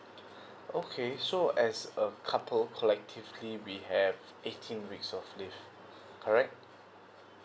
okay so as a couple collectively we have eighteen weeks of leave correct